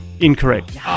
incorrect